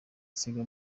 nsiga